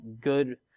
good